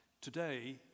Today